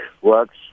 works